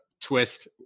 twist